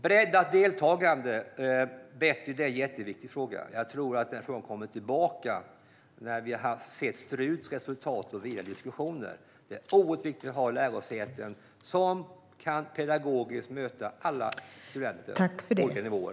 Breddat deltagande är en jätteviktig fråga, Betty. Den frågan kommer tillbaka när vi har haft sett Struts resultat och haft diskussioner. Det är oerhört viktigt att ha lärosäten som pedagogiskt kan möta alla studenter på olika nivåer.